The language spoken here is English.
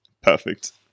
perfect